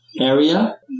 area